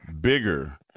bigger